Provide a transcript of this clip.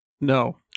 No